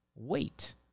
Wait